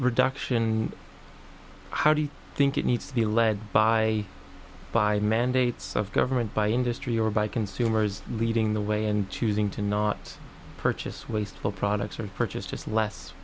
reduction how do you think it needs to be led by by the mandates of government by industry or by consumers leading the way and choosing to not purchase wasteful products or purchase just less